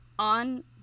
On